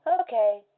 Okay